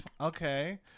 Okay